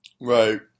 Right